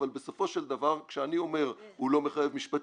אבל כשאני אומר הוא לא מחייב משפטית,